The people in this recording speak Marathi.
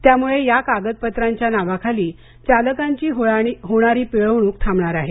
त्यामुळं या कागदपत्रांच्या नावाखाली चालकांची होणारी पिळवणूक थांबणार आहे